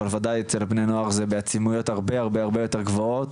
אבל אצל בני הנוער זה בעוצמות הרבה הרבה יותר גבוהות.